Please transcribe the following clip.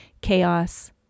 chaos